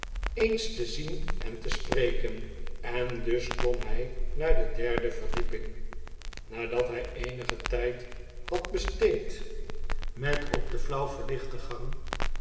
eens te zien en te spreken en dus klom hij naar de derde verdieping nadat hij eenigen tijd had besteed met op de flauw verlichte gang